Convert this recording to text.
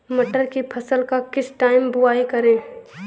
मटर की फसल का किस टाइम बुवाई करें?